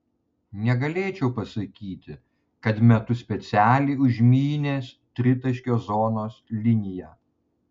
negalėčiau pasakyti kad metu specialiai užmynęs tritaškio zonos liniją